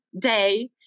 day